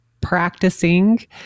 practicing